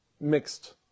mixed